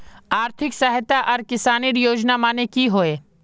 आर्थिक सहायता आर किसानेर योजना माने की होय?